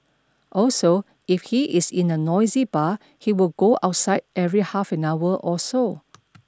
also if he is in a noisy bar he would go outside every half an hour or so